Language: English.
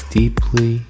deeply